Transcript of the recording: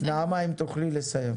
נעמה אם תוכלי לסיים.